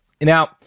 now